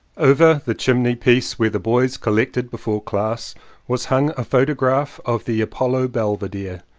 over the chimney-piece where the boys collected before class was hung a photograph of the apollo belvedere,